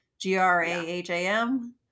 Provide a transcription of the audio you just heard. G-R-A-H-A-M